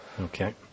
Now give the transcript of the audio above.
Okay